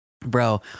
Bro